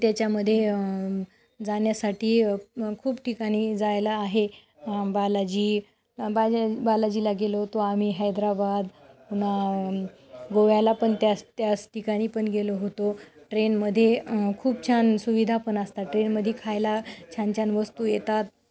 त्याच्यामध्ये जाण्यासाठी खूप ठिकाणी जायला आहे बालाजी बालाजीला गेलो होतो आम्ही हैद्राबाद पुन्हा गोव्याला पण त्याच त्याच ठिकाणी पण गेलो होतो ट्रेनमध्ये खूप छान सुविधा पण असतात ट्रेनमध्ये खायला छान छान वस्तू येतात